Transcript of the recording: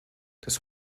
des